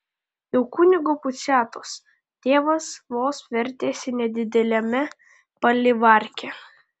jau kunigo puciatos tėvas vos vertėsi nedideliame palivarke